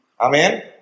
Amen